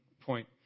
point